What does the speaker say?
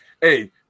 Hey